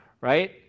right